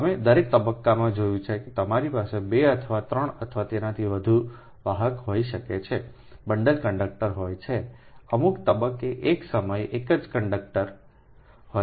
અમે દરેક તબક્કામાં જોયું છે કે તમારી પાસે 2 અથવા 3 અથવા તેનાથી વધુ વાહક હોઈ શકે છે બંડલ કંડક્ટર હોય છે અમુક તબક્કે એક સમયે એક જ કંડક્ટર હોય છે